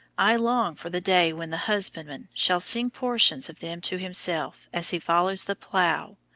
i long for the day when the husbandman shall sing portions of them to himself as he follows the plough,